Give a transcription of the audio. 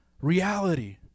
reality